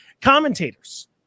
commentators